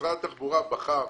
משרד התחבורה בחר